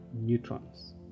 neutrons